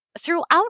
throughout